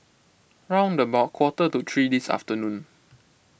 round about quarter to three this afternoon